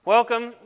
Welcome